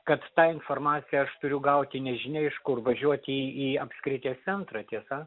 kad tą informaciją aš turiu gauti nežinia iš kur važiuoti į į apskrities centrą tiesa